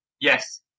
Yes